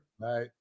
Right